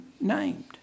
named